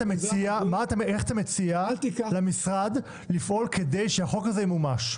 איך אתה מציע למשרד לפעול כדי שהחוק הזה ימומש?